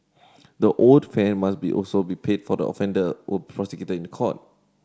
the owed fare must be also be paid for the offender or prosecuted in court